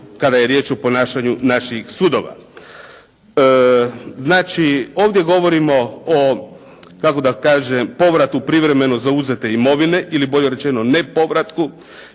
kada je riječ o ponašanju naših sudova. Znači, ovdje govorimo o, kako da kažem povratu privremeno zauzete imovine, ili bolje rečeno ne povratku.